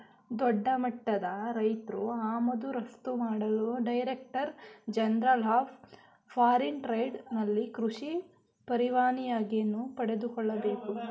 ದೊಡ್ಡಮಟ್ಟದ ರೈತ್ರು ಆಮದು ರಫ್ತು ಮಾಡಲು director general of foreign trade ನಲ್ಲಿ ಕೃಷಿ ಪರವಾನಿಗೆಯನ್ನು ಪಡೆದುಕೊಳ್ಳಬೇಕು